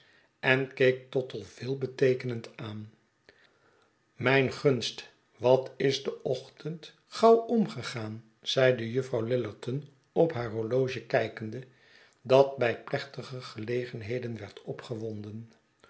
en keek tottle veelbeteekenend aan mijn gunst wat is de ochtend gauw omgegaan zeide jufvrouw lillerton ophaarhorloge kijkende dat bij plechtige gelegenheden werd opgewonden